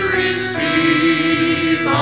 receive